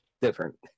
different